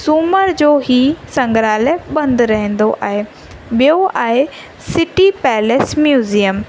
सूमर जो हीउ संघ्रालय बंदि रहंदो आहे ॿियो आहे सिटी पैलेस म्यूज़ियम